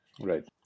Right